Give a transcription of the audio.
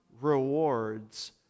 Rewards